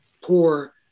poor